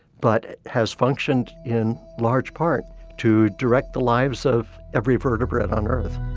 but has functioned in large part to direct the lives of every vertebrate on earth.